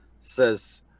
says